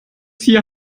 hier